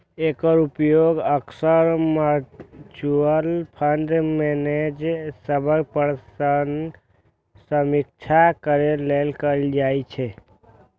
एकर उपयोग अक्सर mutual fund manager सभक प्रदर्शनक समीक्षा करै लेल कैल जाइ छै